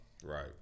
Right